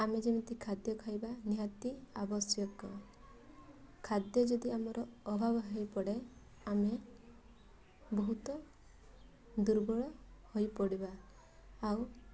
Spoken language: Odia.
ଆମେ ଯେମିତି ଖାଦ୍ୟ ଖାଇବା ନିହାତି ଆବଶ୍ୟକ ଖାଦ୍ୟ ଯଦି ଆମର ଅଭାବ ହୋଇ ପଡ଼େ ଆମେ ବହୁତ ଦୁର୍ବଳ ହୋଇ ପଡ଼ିବା ଆଉ